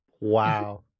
Wow